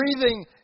breathing